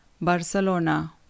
Barcelona